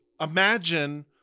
imagine